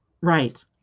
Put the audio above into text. Right